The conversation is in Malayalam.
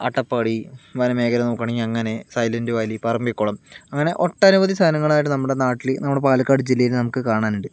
അട്ടപ്പാടി വനമേഖല നോക്കുകയാണെങ്കിൽ അങ്ങനെ സൈലെൻറ്റ് വാലി പറമ്പിക്കുളം അങ്ങനെ ഒട്ടനവധി സ്ഥലങ്ങളായിട്ട് നമ്മുടെ നാട്ടിൽ നമ്മുടെ പാലക്കാട് ജില്ലയിൽ നമുക്ക് കാണാനുണ്ട്